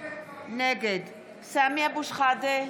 נגד סמי אבו שחאדה,